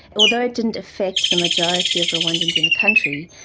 although it didn't affect the majority of rwandans in the country,